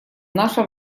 наше